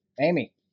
Amy